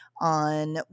on